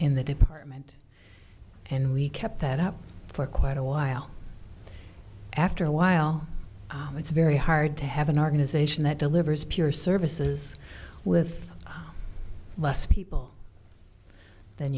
in the department and we kept that up for quite a while after a while it's very hard to have an organization that delivers pure services with less people than